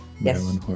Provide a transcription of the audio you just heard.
Yes